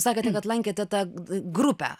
sakėte kad lankėte tą grupę